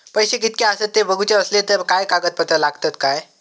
पैशे कीतके आसत ते बघुचे असले तर काय कागद पत्रा लागतात काय?